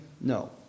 No